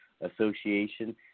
Association